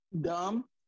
Dumb